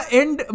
end